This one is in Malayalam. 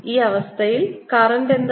ഈ അവസ്ഥയിൽ കറൻറ് എന്താണ്